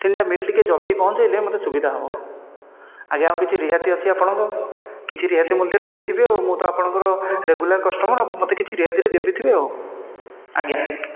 ତିନୋଟା ମିଲ୍ ଟିକେ ଜଲ୍ଦି ପହଞ୍ଚାଇଲେ ମୋତେ ସୁବିଧା ହେବ ଆଜ୍ଞା ଆଉ କିଛି ରିହାତି ଅଛି ଆପଣଙ୍କର କିଛି ରିହାତି ମୂଲ୍ୟରେ ଦେଇଥିବେ ଆଉ ମୁଁ ତ ଆପଣଙ୍କର ରେଗୁଲାର କଷ୍ଟମର ମୋତେ କିଛି ରିହାତିରେ ଦେଇ ଦେଇଥିବେ ଆଉ ଆଜ୍ଞା